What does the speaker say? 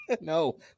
No